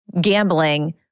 gambling